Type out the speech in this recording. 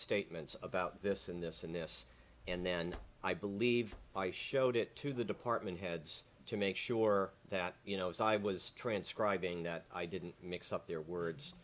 statements about this and this and this and then i believe i showed it to the department heads to make sure that you know as i was transcribing that i didn't mix up their words